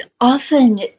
often